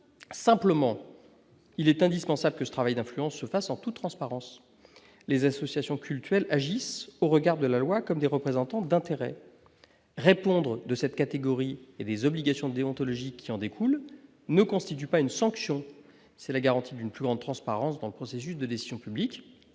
simplement il est indispensable que ce travail d'influence se fasse en toute transparence les associations cultuelles agissent au regard de la loi comme des représentants d'intérêts répondre de cette catégorie et des obligations déontologiques qui en découlent ne constitue pas une sanction, c'est la garantie d'une plus grande transparence dans le processus de décision publique,